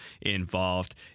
involved